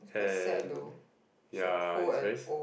and yeah it's very